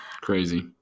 Crazy